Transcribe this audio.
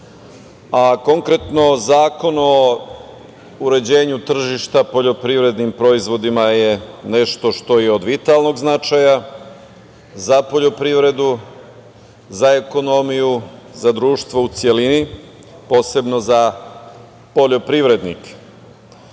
Konkretno Zakon o uređenju tržišta poljoprivrednim proizvodima je nešto što je od vitalnog značaja za poljoprivredu, za ekonomiju, za društvo u celini, posebno za poljoprivrednike. Zato